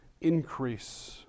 increase